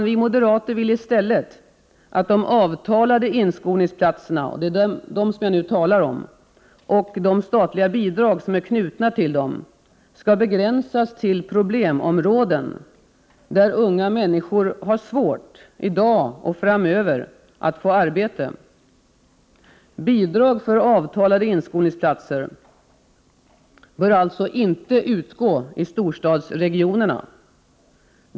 Vi moderater vill i stället att de avtalade inskolningsplatserna — det är dem jag nu talar om — och de statliga bidrag som är knutna till dem skall begränsas till problemområden där unga människor har svårt, i dag och framöver, att få arbete. Bidrag för avtalade inskolningsplatser bör alltså inte utgå i storstadsregionerna.